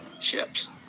ships